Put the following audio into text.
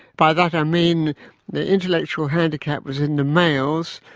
by that i mean the intellectual handicap was in the males,